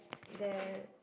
there